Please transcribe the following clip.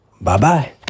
Bye-bye